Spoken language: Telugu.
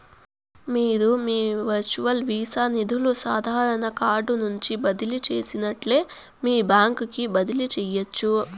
మీరు మీ వర్చువల్ వీసా నిదులు సాదారన కార్డు నుంచి బదిలీ చేసినట్లే మీ బాంక్ కి బదిలీ చేయచ్చు